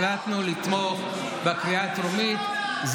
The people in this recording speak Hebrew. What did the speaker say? החלטנו לתמוך בקריאה הטרומית.